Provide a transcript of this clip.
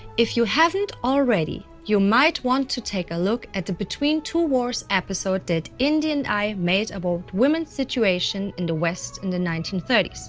if you haven't already, you might want to take look at the between two wars episode that indy and i made about women's situation in the west in the nineteen thirty s,